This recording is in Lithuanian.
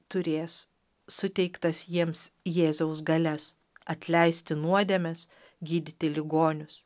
turės suteiktas jiems jėzaus galias atleisti nuodėmes gydyti ligonius